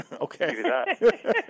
Okay